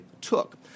took